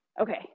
Okay